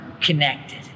connected